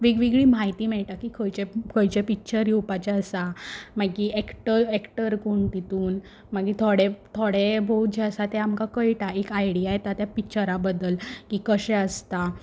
वेगवेगळी म्हायती मेयटा की खंय खंयचें पिच्चर येवपाचें आसा मागीर एक्टर एक्टर कोण तितून मागीर थोडे थोडे बोव जे आसा तें आमकां कयटा एक आयडिया येता त्या पिच्चरा बद्दल की कशें आसता